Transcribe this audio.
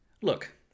Look